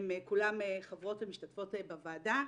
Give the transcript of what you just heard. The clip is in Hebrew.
הן כולן חברות ומשתתפות בוועדה.